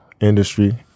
industry